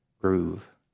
groove